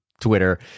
Twitter